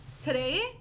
Today